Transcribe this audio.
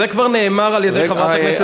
זה כבר נאמר על-ידי חברת הכנסת זועבי.